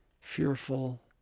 fearful